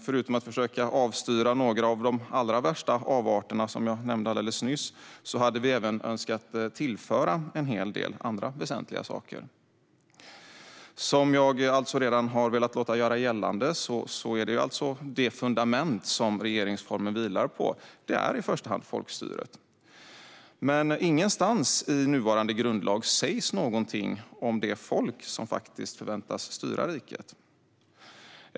Förutom att försöka avstyra några av de värsta avarterna, som jag nämnde alldeles nyss, hade vi även önskat tillföra en hel del andra väsentliga saker. Som jag alltså redan har velat låta göra gällande är alltså det fundament som regeringsformen vilar på i första hand folkstyret. Men ingenstans i nuvarande grundlag sägs någonting om det folk som faktiskt förväntas styra riket.